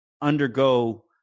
undergo